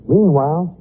Meanwhile